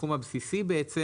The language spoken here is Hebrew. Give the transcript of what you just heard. הסכום הבסיסי בעצם,